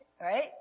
Right